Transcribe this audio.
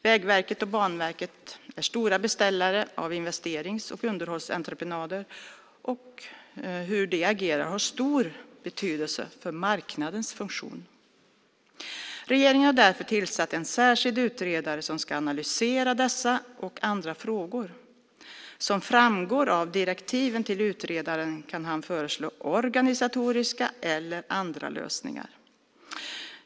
Vägverket och Banverket är stora beställare av investerings och underhållsentreprenader, och hur de agerar har stor betydelse för marknadens funktion. Regeringen har därför tillsatt en särskild utredare som ska analysera dessa och andra frågor. Som framgår av direktiven till utredaren kan han föreslå organisatoriska eller andra lösningar.